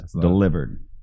Delivered